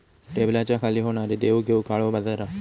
टेबलाच्या खाली होणारी देवघेव काळो बाजार हा